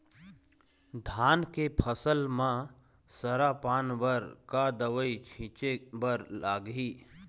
धान के फसल म सरा पान बर का दवई छीचे बर लागिही?